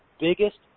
biggest